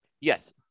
Yes